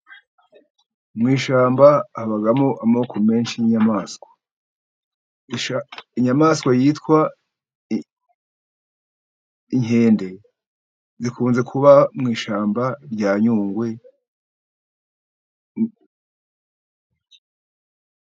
Mu ishyamba habamo amoko menshi y'inyamaswa, inyamaswa zitwa inkende zikunze kuba mu ishyamba rya Nyungwe,...